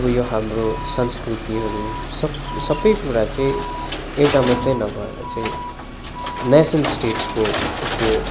अब यो हाम्रो संस्कृतिहरू सब सबै कुरा चाहिँ एउटा मात्रै नभएर चाहिँ नेसन स्टेट्सको उ त्यो